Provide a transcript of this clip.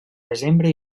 desembre